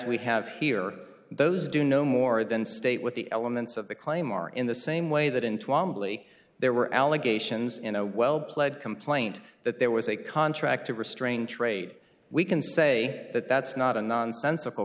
we have here those do no more than state with the elements of the claim are in the same way that in two embley there were allegations in a well pled complaint that there was a contract to restrain trade we can say that that's not a nonsensical